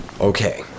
okay